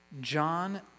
John